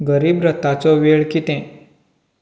गरीब रथाचो वेळ कितें